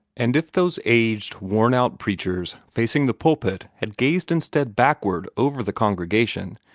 and if those aged, worn-out preachers facing the pulpit had gazed instead backward over the congregation,